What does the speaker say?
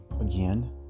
Again